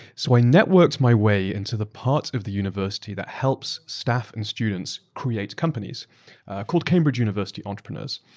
so, i networked my way into the part of the university that helps staff and students create companies called cambridge university entrepreneurs.